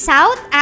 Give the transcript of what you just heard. South